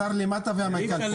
השר למטה והמנכ"ל פה.